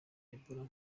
ebola